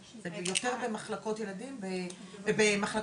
זה יותר במחלקות מבוגרים.